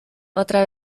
otra